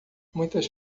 muitas